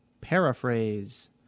Paraphrase